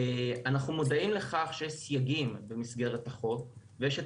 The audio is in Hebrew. אנחנו מודעים לכך שיש סייגים במסגרת החוק ויש את